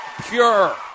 pure